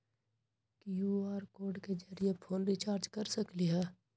QR code के जरिय phone recharge कर सकली ह?